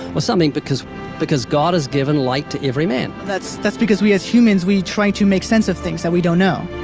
or something, because because god has given light to every man. that's that's because we, as humans, we try to make sense of things that we don't know,